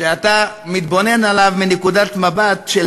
שאתה מתבונן עליו מנקודת מבטו של